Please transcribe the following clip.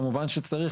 כמובן שצריך,